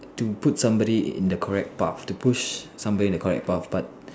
to put somebody in the correct path to push somebody in the correct path but